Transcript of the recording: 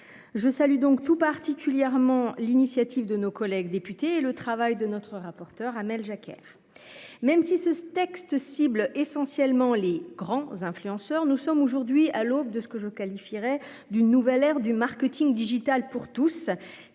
Je salue donc tout particulièrement l'initiative de nos collègues députés et le travail de notre rapporteure Hamel Jacques R. Même si ce texte cible essentiellement les grands influenceurs. Nous sommes aujourd'hui à l'aube de ce que je qualifierais d'une nouvelle ère du marketing digital pour tous